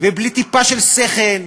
ובלי טיפה של שכל,